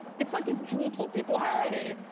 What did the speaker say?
it's like if juul told people, hey,